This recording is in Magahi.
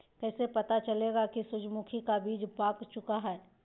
कैसे पता चलेगा की सूरजमुखी का बिज पाक चूका है?